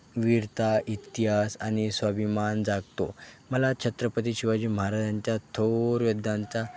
वीरता इतिहास आणि स्वाभिमान जागतो मला छत्रपती शिवाजी महाराजांच्या थोर योद्ध्यांचा